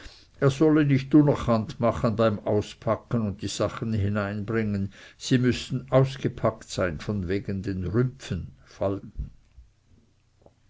er solle nicht unerchannt machen beim auspacken und die sachen hineinbringen sie müßten ausgepackt sein von wegen den rümpfen